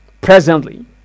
presently